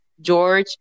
George